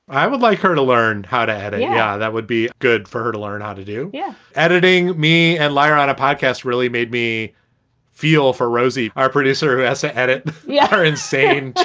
i would like her to learn how to edit. yeah, that would be good for her to learn how to do. yeah. editing me and lyr on a podcast really made me feel for rosie, our producer, who s a edit yeah her insane but